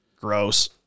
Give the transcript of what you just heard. Gross